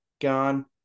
gone